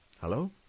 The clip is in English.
Hello